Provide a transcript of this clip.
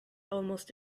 almost